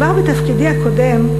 כבר בתפקידי הקודם,